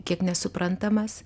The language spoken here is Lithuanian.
kiek nesuprantamas